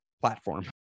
platform